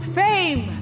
fame